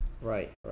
right